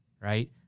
right